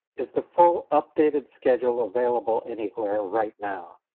is the full updated schedule available anywhere right now?